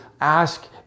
ask